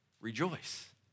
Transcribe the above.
Rejoice